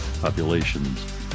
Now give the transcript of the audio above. populations